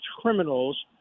criminals